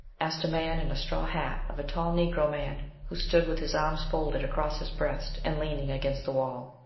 asked a man in a straw hat of a tall negro man, who stood with his arms folded across his breast, and leaning against the wall.